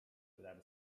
without